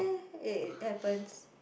ya it happens